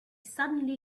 suddenly